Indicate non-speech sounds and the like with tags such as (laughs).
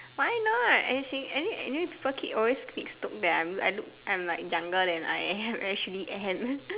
why not as in any anyway people keep always mistook that I'm I look I'm like younger than I am (breath) actually am (laughs)